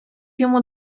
йому